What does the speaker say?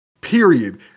period